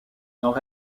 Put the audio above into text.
nord